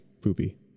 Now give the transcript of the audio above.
poopy